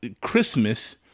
Christmas